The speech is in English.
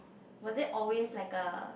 was it always like a